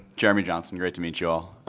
jeremy johnson great to meet you all.